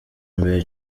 mbere